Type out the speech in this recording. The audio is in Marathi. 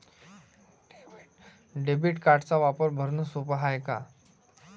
डेबिट कार्डचा वापर भरनं सोप हाय का?